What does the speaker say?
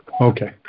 Okay